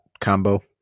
combo